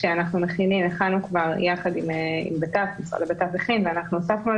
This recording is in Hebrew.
כשאנחנו כבר הכנו יחד עם הבט"פ משרד הבט"פ הכין ואנחנו הוספנו על